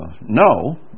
No